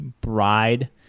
bride